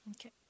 Okay